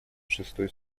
шестой